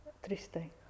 triste